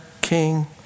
king